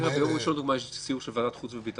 ביום ראשון לדוגמה יש סיור של ועדת חוץ וביטחון,